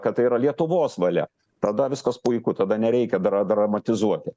kad tai yra lietuvos valia tada viskas puiku tada nereikia dra dramatizuoti